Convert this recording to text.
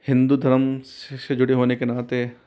हिन्दू धर्म से जुड़े होने के नाते